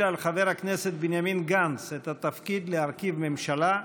על חבר הכנסת בנימין גנץ את התפקיד להרכיב ממשלה,